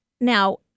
now